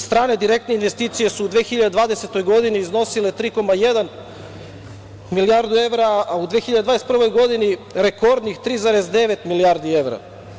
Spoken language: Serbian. Strane direktne investicije su u 2020. godini iznosile 3,1 milijarde evra, a u 2021. godini rekordnih 3,9 milijardi evra.